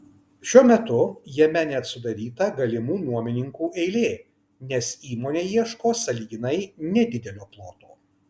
šiuo metu jame net sudaryta galimų nuomininkų eilė nes įmonė ieško sąlyginai nedidelio ploto